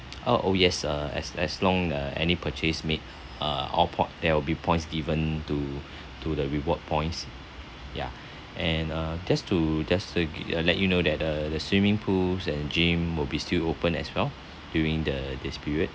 uh oh yes uh as as long uh any purchase made uh all point there will be points given to to the reward points ya and uh just to just to uh let you know that the the swimming pools and gym will be still opened as well during the this period